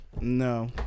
No